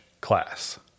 class